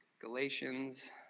Galatians